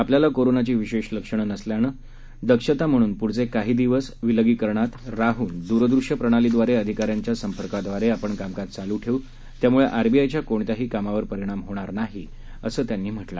आपल्याला कोरोनाची विशेष लक्षणे नसल्यामुळे दक्षता म्हणून पुढील काही दिवस आयसोलेट राहून दूरदृश्य प्रणालीद्वारे अधिकाऱ्यांच्या संपर्काद्वारे आपण कामकाज चालू ठेऊ त्यामुळे आरबीआयच्या कोणत्याही कामावर परिणाम होणार नाही असेही त्यांनी सांगितले